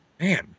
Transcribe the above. man